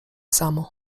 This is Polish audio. samo